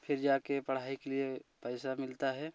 फिर जाके पढ़ाई के लिए पैसा मिलता है